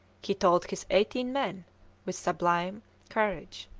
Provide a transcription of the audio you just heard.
he told his eighteen men with sublime courage.